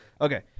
Okay